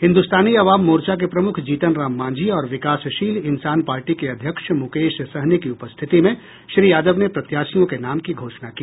हिन्दुस्तानी आवाम मोर्चा के प्रमुख जीतन राम मांझी और विकासशील इंसान पार्टी के अध्यक्ष मुकेश सहनी की उपस्थिति में श्री यादव ने प्रत्याशियों के नाम की घोषणा की